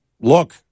Look